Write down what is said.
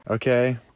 Okay